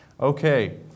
Okay